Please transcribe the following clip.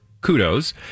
kudos